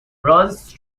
runs